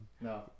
No